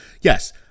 yes